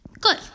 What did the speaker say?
Good